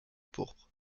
pourpre